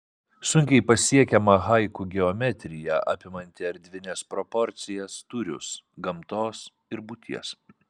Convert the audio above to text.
sunkiai pasiekiama haiku geometrija apimanti erdvines proporcijas tūrius gamtos ir būties